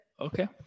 Okay